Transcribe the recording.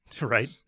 Right